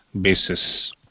basis